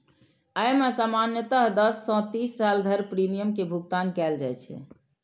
अय मे सामान्यतः दस सं तीस साल धरि प्रीमियम के भुगतान कैल जाइ छै